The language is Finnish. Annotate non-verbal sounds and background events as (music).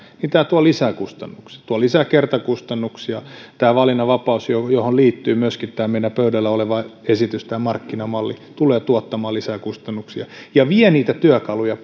tämä tuo lisää kustannuksia tuo lisää kertakustannuksia tämä valinnanvapaus johon johon liittyy myöskin tämä meillä pöydällä oleva esitys tämä markkinamalli tulee tuottamaan lisää kustannuksia ja vie pois niitä työkaluja (unintelligible)